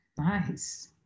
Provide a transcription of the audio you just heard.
nice